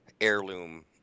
heirloom